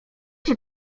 cię